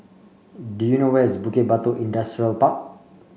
do you know where is Bukit Batok Industrial Park